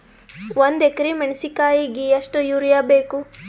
ಒಂದ್ ಎಕರಿ ಮೆಣಸಿಕಾಯಿಗಿ ಎಷ್ಟ ಯೂರಿಯಬೇಕು?